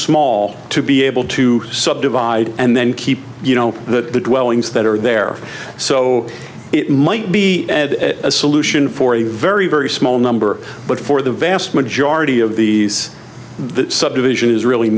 small to be able to sub divide and then keep the wellings that are there so it might be a solution for a very very small number but for the vast majority of these the subdivision is really